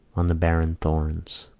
on the barren thorns.